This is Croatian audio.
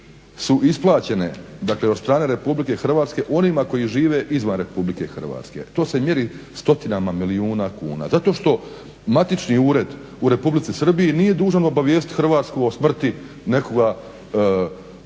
su isplaćene dakle, od strane Republike Hrvatske onima koji žive izvan Republike Hrvatske. To se mjeri stotinama milijuna kuna, zato što matični ured u Republici Srbiji nije dužan obavijestiti Hrvatsku o smrti nekoga ko je